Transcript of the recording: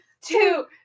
two